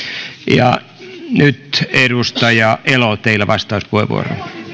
ja nyt edustaja elo teillä on vastauspuheenvuoro